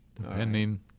depending